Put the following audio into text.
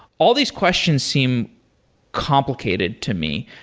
all these questions seem complicated to me.